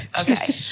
Okay